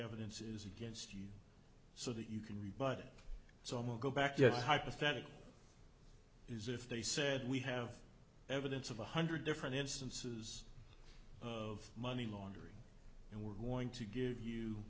evidence is against so that you can rebut it so much go back to the hypothetical is if they said we have evidence of a hundred different instances of money laundering and we're going to give you